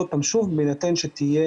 שוב, בהינתן שתהיה